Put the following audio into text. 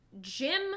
Jim